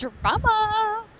Drama